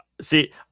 see